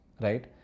right